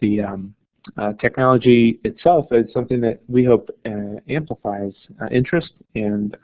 the technology itself is something that we hope and ah amplifies interest and